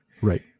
Right